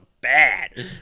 bad